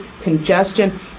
congestion